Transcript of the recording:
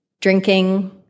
drinking